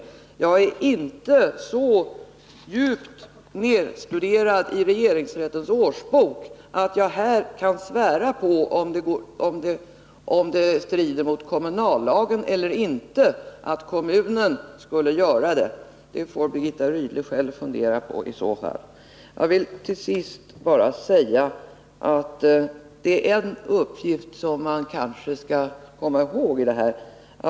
Nu har jag inte så grundligt studerat regeringsrättens årsbok att jag här kan svära på att det strider mot kommunallagen eller inte att kommunen skulle göra det mesta. Det får Birgitta Rydle själv fundera på. Till sist vill jag bara säga att det är en uppgift som man kanske skall komma ihåg i detta sammanhang.